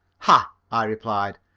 ah! i replied.